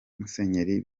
musenyeri